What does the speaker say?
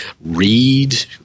read